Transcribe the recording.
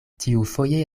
tiufoje